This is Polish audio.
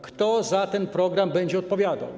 Kto za ten program będzie odpowiadał?